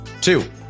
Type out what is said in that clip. Two